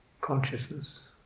consciousness